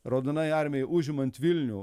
raudonajai armijai užimant vilnių